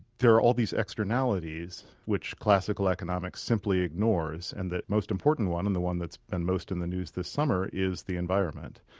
there are all these externalities, which classical economics simply ignores, and that most important one, and the one that's and most in the news this summer, is the environment.